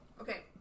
Okay